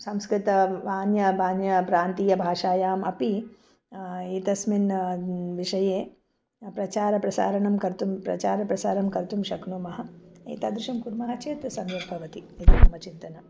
संस्कृत वाण्या वाण्या प्रान्तीयभाषायाम् अपि एतस्मिन् विषये प्रचारप्रसारणं कर्तुं प्रचारप्रसारं कर्तुं शक्नुमः एतादृशं कुर्मः चेत् सम्यक् भवति इति मम चिन्तनम्